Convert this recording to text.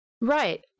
Right